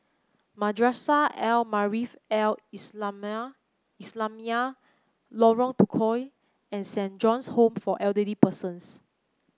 Madrasah Al Maarif Al Islamiah Lorong Tukol and Saint John's Home for Elderly Persons